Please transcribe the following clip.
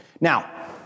Now